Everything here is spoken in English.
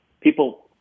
people –